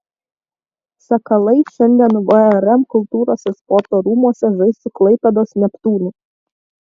sakalai šiandien vrm kultūros ir sporto rūmuose žais su klaipėdos neptūnu